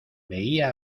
veía